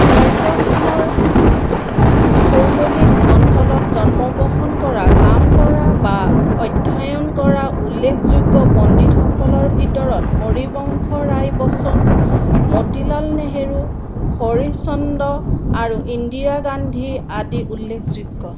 ৰাজ্যখনৰ ভৌগোলিক অঞ্চলত জন্মগহণ কৰা কাম কৰা বা অধ্যয়ন কৰা উল্লেখযোগ্য পণ্ডিতসকলৰ ভিতৰত হৰিবংশ ৰায় বচ্চন মতিলাল নেহেৰু হৰিশ চন্দ আৰু ইন্দিৰা গান্ধী আদি উল্লেখযোগ্য